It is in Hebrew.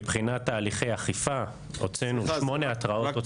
מבחינת תהליכי אכיפה הוצאנו שמונה התראות.